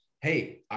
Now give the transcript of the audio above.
Hey